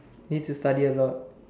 need to study a lot